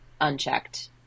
unchecked